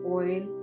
oil